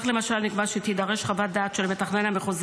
כך למשל נקבע שתידרש חוות דעת של מתכנן המחוז